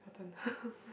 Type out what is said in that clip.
your turn